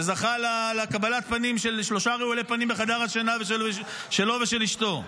שזכה לקבלת פנים של שלושה רעולי פנים בחדר השינה שלו ושל אשתו?